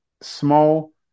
small